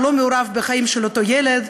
הוא לא מעורב בחיים של אותו ילד,